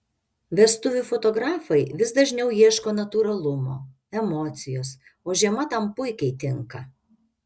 vestuvių fotografai vis dažniau ieško natūralumo emocijos o žiema tam puikiai tinka